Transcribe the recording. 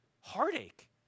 heartache